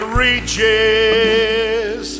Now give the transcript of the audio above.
reaches